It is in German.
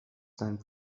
deinen